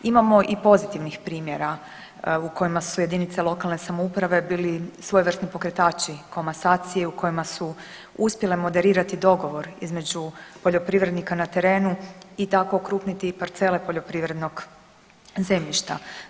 Imamo i pozitivnih primjera u kojima su jedinice lokalne samouprave bili svojevrsni pokretači komasacije u kojima su uspjeli moderirati dogovor između poljoprivrednika na terenu i tako okrupniti i parcele poljoprivrednog zemljišta.